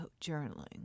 journaling